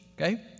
okay